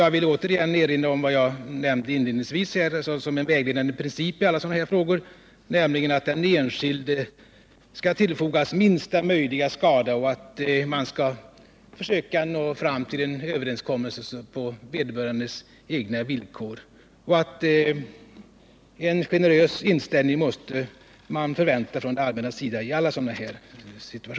Jag vill återigen erinra om vad jag nämnde inledningsvis, att en vägledande princip i alla sådana här frågor är att den enskilde skall tillfogas minsta möjliga skada, att man skall försöka nå fram till en överenskommelse på vederbörandes egna villkor och att man måste förvänta en generös inställning från det allmännas sida i alla sådana här beslut.